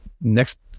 Next